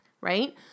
right